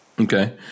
Okay